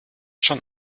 schon